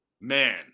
man